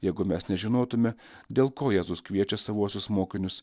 jeigu mes nežinotume dėl ko jėzus kviečia savuosius mokinius